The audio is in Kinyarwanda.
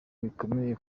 bikomeye